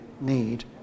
need